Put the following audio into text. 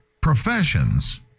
professions